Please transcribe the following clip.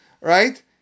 right